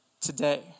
today